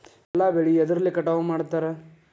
ಎಲ್ಲ ಬೆಳೆ ಎದ್ರಲೆ ಕಟಾವು ಮಾಡ್ತಾರ್?